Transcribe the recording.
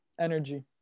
energy